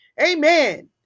amen